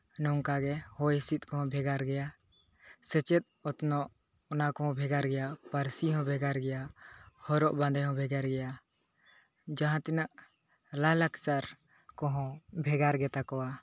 ᱱᱚᱝᱠᱟ ᱜᱮ ᱦᱚᱭ ᱦᱤᱸᱥᱤᱫ ᱠᱚᱦᱚᱸ ᱵᱷᱮᱜᱟᱨ ᱜᱮᱭᱟ ᱥᱮᱪᱮᱫ ᱚᱛᱱᱚᱜ ᱚᱱᱟ ᱠᱚᱦᱚᱸ ᱵᱷᱮᱜᱟᱨ ᱜᱮᱭᱟ ᱯᱟᱹᱨᱥᱤ ᱦᱚᱸ ᱵᱷᱮᱜᱟᱨ ᱜᱮᱭᱟ ᱦᱚᱨᱚᱜ ᱵᱟᱸᱫᱮ ᱦᱚᱸ ᱵᱷᱮᱜᱟᱨ ᱜᱮᱭᱟ ᱡᱟᱦᱟᱸ ᱛᱤᱱᱟᱹᱜ ᱞᱟᱭᱼᱞᱟᱠᱪᱟᱨ ᱠᱚᱦᱚᱸ ᱵᱷᱮᱜᱟᱨ ᱜᱮᱛᱟᱠᱚᱣᱟ